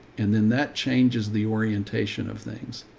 and then that changes the orientation of things.